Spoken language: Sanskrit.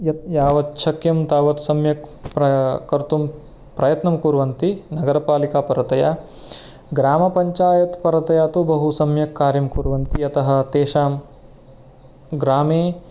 यत् यावच्छक्यं तावत् सम्यक् प्रा कर्तुं प्रयत्नं कुर्वन्ति नगरपालिकापरतया ग्रामपञ्चायत् परतया तु बहु सम्यक् कार्यं कुर्वन्ति यतः तेषां ग्रामे